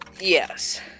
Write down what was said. yes